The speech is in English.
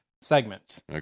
segments